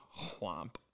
whomp